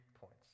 points